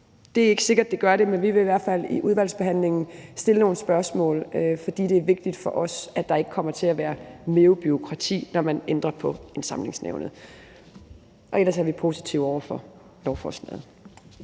Det er ikke sikkert, det gør det, men vi vil i hvert fald i udvalgsbehandlingen stille nogle spørgsmål, for det er vigtigt for os, at der ikke kommer til at være mere bureaukrati, når man ændrer på Indsamlingsnævnet. Og ellers er vi positive over for lovforslaget.